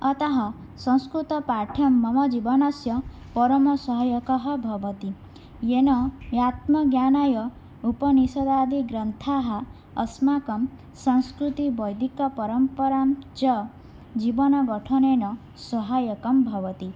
अतः संस्कृतपाठ्यं मम जीवनस्य परमसाहाय्यकं भवति येन आत्मज्ञानाय उपनिषदादिग्रन्थाः अस्माकं संस्कृतिः वैदिकपरम्परां च जीवनगठनेन साहाय्यकं भवति